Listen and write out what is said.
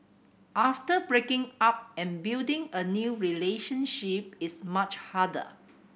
after breaking up and building a new relationship is much harder